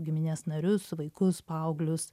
giminės narius vaikus paauglius